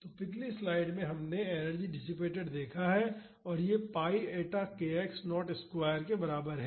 तो पिछली स्लाइड में हमने एनर्जी डिसिपेटड देखा है और यह pi eta k x nought square के बराबर है